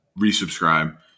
resubscribe